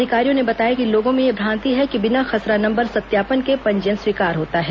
अधिकारियों ने बताया कि लोगों में यह भ्रांति है कि बिना खसरा नंबर सत्यापन के पंजीयन स्वीकार होता है